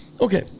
okay